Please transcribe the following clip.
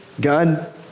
God